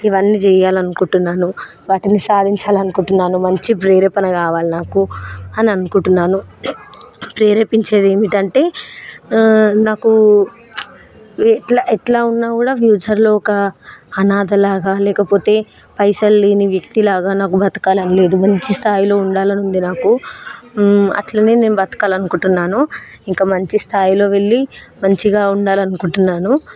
ఇవన్నీ చేయాలనుకుంటున్నాను వాటిని సాధించాలి అనుకుంటున్నాను మంచి ప్రేరణ కావాలి నాకు అని అనుకుంటున్నాను ప్రేరేపించేది ఏమిటంటే నాకు ఎట్లా ఎట్లా ఉన్నా కూడా ఫ్యూచర్లో ఒక అనాధలాగా లేకపోతే పైసలు లేని వ్యక్తిలాగా నాకు బతకాలని లేదు మంచి స్థాయిలో ఉండాలని ఉంది నాకు అట్లనే నేను బతకాలనుకుంటున్నాను ఇంకా మంచి స్థాయిలో వెళ్ళి మంచిగా ఉండాలనుకుంటున్నాను